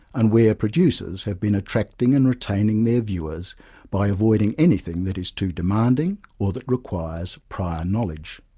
and where producers have been attracting and retaining their viewers by avoiding anything that is too demanding or that requires prior knowledge.